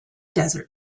desert